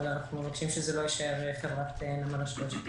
אבל אנחנו מבקשים שזה לא יישאר חברת נמל אשדוד.